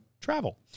travel